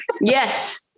Yes